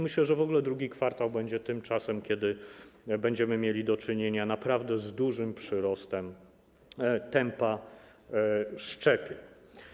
Myślę, że w ogóle II kwartał będzie tym czasem, kiedy będziemy mieli do czynienia z naprawdę dużym przyrostem tempa szczepień.